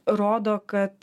rodo kad